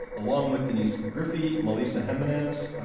along with denise griffey, melisa jimenez,